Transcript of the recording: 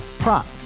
Prop